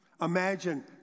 Imagine